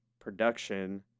production